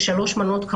כאשר שלוש מנות משפרות,